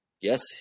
Yes